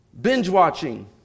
Binge-watching